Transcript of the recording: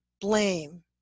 blame